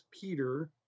Peter